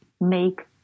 make